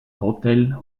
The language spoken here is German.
hotel